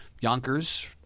Yonkers